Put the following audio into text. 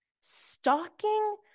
Stalking